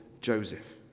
Joseph